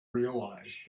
realised